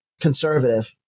conservative